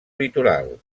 litoral